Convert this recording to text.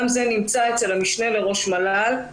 גם זה נמצא אצל המשנה לראש מל"ל.